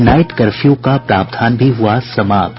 night curfew का प्रावधान भी हुआ समाप्त